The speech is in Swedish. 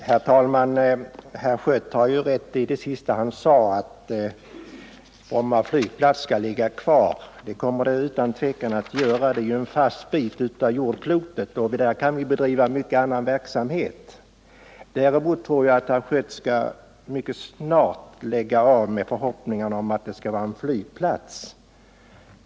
Herr talman! Herr Schött har rätt i det han senast sade, att Bromma flygplats skall ligga kvar. Det kommer den utan tvivel att göra; det är en fast bit av jordklotet och där kan vi bedriva mycken verksamhet. Däremot tror jag att herr Schött mycket snart skall sluta nära förhoppningen att där skall vara en flygplats.